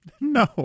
no